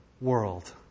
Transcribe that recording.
world